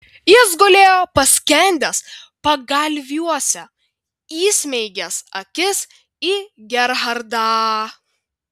jis gulėjo paskendęs pagalviuose įsmeigęs akis į gerhardą